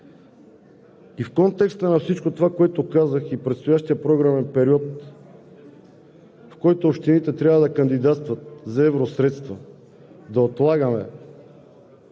В контекста на всичко това, което казах, и предстоящия програмен период, в който общините трябва да кандидатстват за евросредства, за отлагане